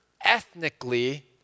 ethnically